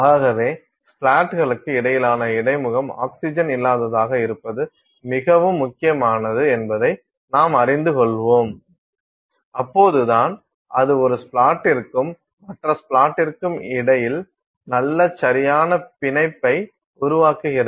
ஆகவே ஸ்ப்ளேட்டுகளுக்கு இடையிலான இடைமுகம் ஆக்ஸிஜன் இல்லாததாக இருப்பது மிகவும் முக்கியமானது என்பதை நாம் அறிந்துகொள்வோம் அப்போதுதான் அது ஒரு ஸ்ப்ளாட்டிற்கும் மற்ற ஸ்ப்ளாட்டிற்கும் இடையில் நல்ல சரியான பிணைப்பை உருவாக்குகிறது